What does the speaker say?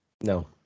No